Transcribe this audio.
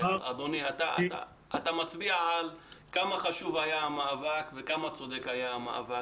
אתה אומר כמה חשוב וצודק היה המאבק